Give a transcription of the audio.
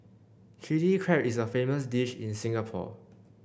Chilli Crab is a famous dish in Singapore